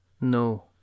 No